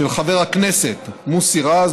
של חבר הכנסת מוסי רז,